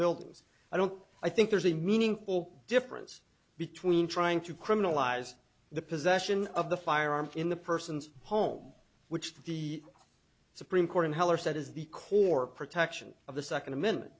buildings i don't i think there's a meaningful difference between trying to criminalize the possession of the firearm in the person's home which the supreme court in heller said is the core protection of the second amendment